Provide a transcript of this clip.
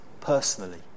personally